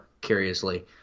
Curiously